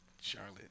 Charlotte